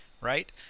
right